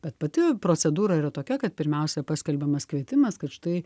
bet pati procedūra yra tokia kad pirmiausia paskelbiamas kvietimas kad štai